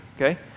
Okay